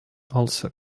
also